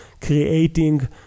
creating